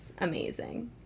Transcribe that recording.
amazing